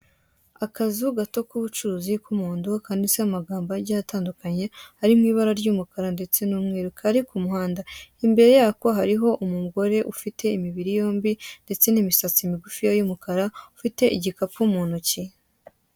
Akazu gato ka ubucuruzi ka umuhondo , kanditseho amagambo agiye atandukanye ari mu ibara rya umukara ndetse na umweru kari kumuhanda. Imbere yako hariho umugore ufite imibiri yombi ndetse na imisatsi migufiya ya umukara, ufite igikapu mu ntoki.